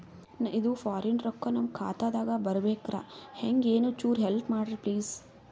ಇದು ಫಾರಿನ ರೊಕ್ಕ ನಮ್ಮ ಖಾತಾ ದಾಗ ಬರಬೆಕ್ರ, ಹೆಂಗ ಏನು ಚುರು ಹೆಲ್ಪ ಮಾಡ್ರಿ ಪ್ಲಿಸ?